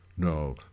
No